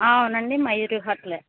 అవునండి మయూరి హోటలే